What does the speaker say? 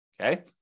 Okay